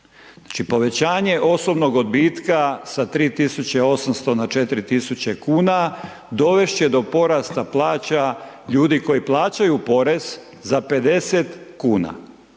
povećanje osobnog odbitka sa 3.800 na 4.000 kuna dovest će do porasta plaća ljudi koji plaćaju porez za 50 kuna,